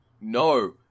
No